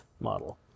model